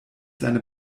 seiner